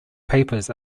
papers